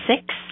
six